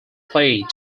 played